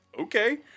okay